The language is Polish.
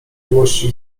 miłości